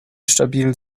stabil